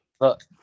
Look